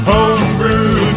Homebrew